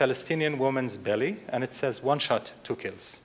palestinian woman's belly and it says one shot two kids